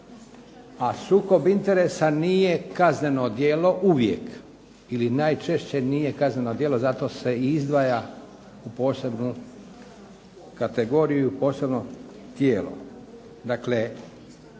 A sukob interesa nije kazneno djelo uvijek, ili najčešće nije kazneno djelo, zato se i izdvaja u posebnu kategoriju i u posebno tijelo.